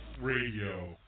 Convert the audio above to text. Radio